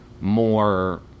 more